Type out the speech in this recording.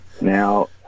Now